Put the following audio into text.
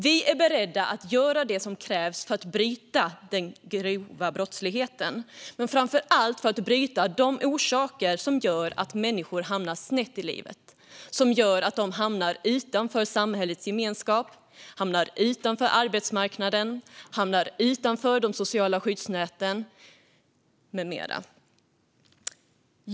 Vi är beredda att göra det som krävs för att bryta den grova brottsligheten och, framför allt, för att komma till rätta med de orsaker som gör att människor hamnar snett i livet och hamnar utanför samhällets gemenskap, utanför arbetsmarknaden och utanför de sociala skyddsnäten.